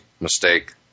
mistake